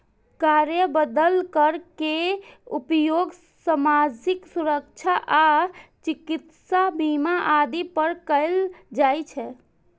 कार्यबल कर के उपयोग सामाजिक सुरक्षा आ चिकित्सा बीमा आदि पर कैल जाइ छै